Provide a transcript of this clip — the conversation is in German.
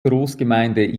großgemeinde